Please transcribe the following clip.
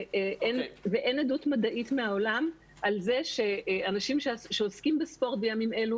ואין עדות מדעית מהעולם על זה שאנשים שעוסקים בספורט בימים אלו,